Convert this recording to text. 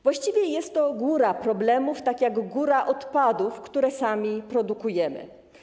Właściwie jest to góra problemów, tak jak góra odpadów, które sami produkujemy.